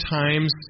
times